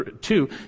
two